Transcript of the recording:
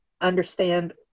understand